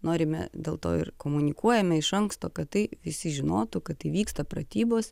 norime dėl to ir komunikuojame iš anksto kad tai visi žinotų kad tai vyksta pratybos